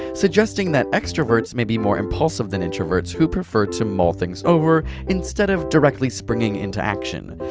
suggesting that extroverts may be more impulsive than introverts, who prefer to mull things over instead of directly springing into action.